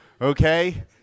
okay